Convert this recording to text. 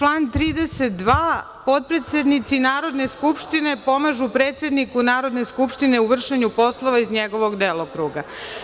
Član 32. - potpredsednici Narodne skupštine pomažu predsedniku Narodne skupštine u vršenju poslova iz njegovog delokruga.